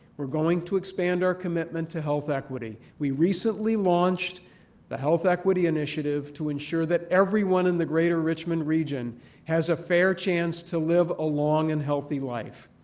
we're going to expand our commitment to health equity. we recently launched the health equity initiative to ensure that everyone in the greater richmond region has a fair chance to live a long and healthy life.